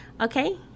okay